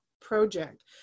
project